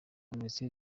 minisiteri